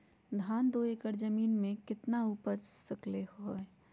धान दो एकर जमीन में कितना उपज हो सकलेय ह?